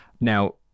Now